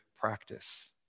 practice